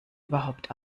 überhaupt